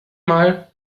mal